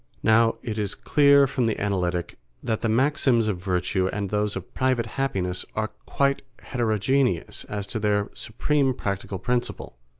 now it is clear from the analytic that the maxims of virtue and those of private happiness are quite heterogeneous as to their supreme practical principle,